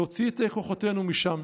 להוציא את כוחותינו משם.